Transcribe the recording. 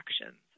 actions